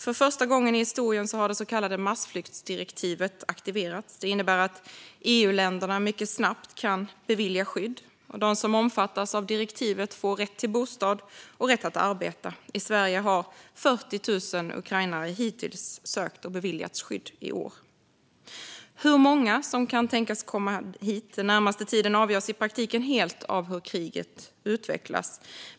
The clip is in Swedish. För första gången i historien har det så kallade massflyktsdirektivet aktiverats. Det innebär att EU-länderna mycket snabbt kan bevilja skydd. De som omfattas av direktivet får rätt till bostad och rätt att arbeta. I Sverige har 40 000 ukrainare hittills sökt och beviljats skydd i år. Hur många som kan bedömas komma hit den närmaste tiden avgörs i praktiken helt av hur kriget utvecklas.